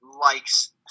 likes